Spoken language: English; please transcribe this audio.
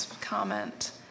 comment